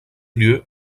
lieu